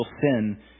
sin